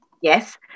yes